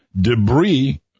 Debris